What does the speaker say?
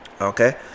okay